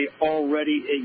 already